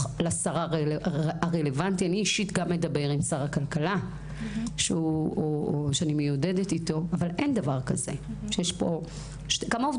הרשות, משרד הכלכלה שלח אתכם, אז יש לכם שיניים.